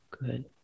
good